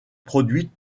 produite